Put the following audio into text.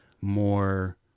more